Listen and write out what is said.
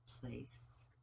place